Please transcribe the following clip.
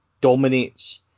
dominates